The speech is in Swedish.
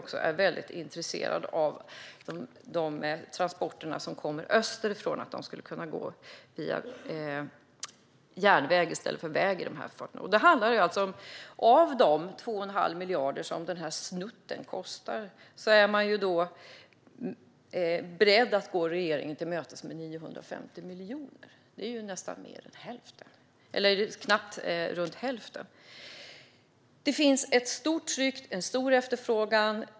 De är väldigt intresserade av att de transporter som kommer österifrån skulle kunna gå via järnväg i stället för via väg. Av de 2 1⁄2 miljarder som denna snutt kostar är dessa företag beredda att gå regeringen till mötes med 950 miljoner, alltså nästan hälften. Det finns ett hårt tryck och en stor efterfrågan.